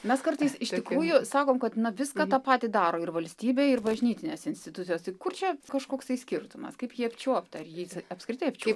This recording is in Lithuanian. mes kartais iš tikrųjų sakom kad viską tą patį daro ir valstybė ir bažnytinės institucijos tai kur čia kažkoksai skirtumas kaip jį apčiuot ar jį apskritai apčiuopt